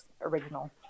original